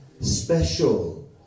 special